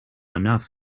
enough